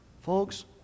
Folks